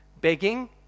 begging